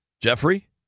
Jeffrey